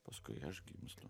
paskui aš gimstu